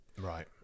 Right